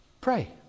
Pray